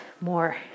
more